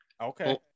Okay